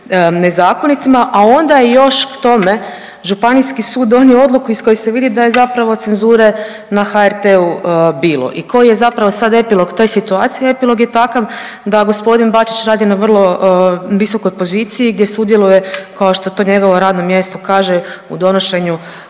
nezakonitima, a onda je još k tome županijski sud donio odluku iz kojeg se vidi da je zapravo cenzure na HRT-u bilo i koji je zapravo sad epilog te situacije. Epilog je takav da g. Bačić radi na vrlo visokoj poziciji gdje sudjeluje, kao što to njegovo radno mjesto kaže, u donošenju